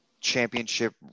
championship